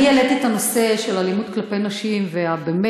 אני העליתי את הנושא של אלימות כלפי נשים ובאמת,